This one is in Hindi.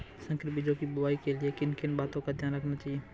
संकर बीजों की बुआई के लिए किन किन बातों का ध्यान रखना चाहिए?